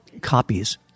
copies